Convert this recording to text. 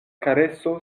kareso